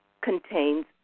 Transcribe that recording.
contains